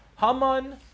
Haman